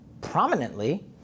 prominently